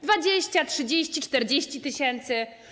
20, 30, 40 tys.